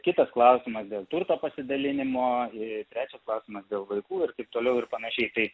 kitas klausimas dėl turto pasidalinimo ir trečias klausimas dėl vaikų ir taip toliau ir panašiai tai